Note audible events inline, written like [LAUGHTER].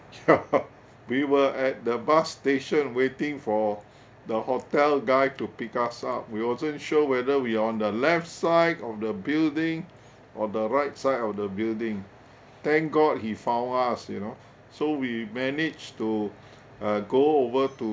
ya [LAUGHS] we were at the bus station waiting for the hotel guy to pick us up we wasn't sure whether we are on the left side of the building or the right side of the building thank god he found us you know so we managed to uh go over to